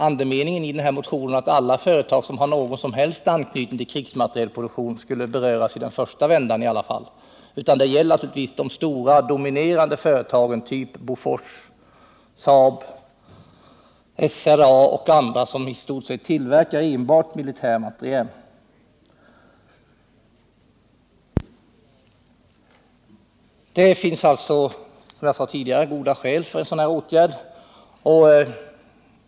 Andemeningen i motionen är dock inte att alla företag som har någon som helst anknytning till krigsmaterielproduktionen skulle beröras, i varje fall inte i den första vändan. Det gäller naturligtvis de stora, dominerande företagen, typ Bofors, Saab, SRA, som i stort sett tillverkar enbart militär materiel. Det finns alltså, som jag sade tidigare, goda skäl för en sådan här åtgärd.